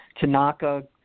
Tanaka